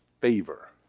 favor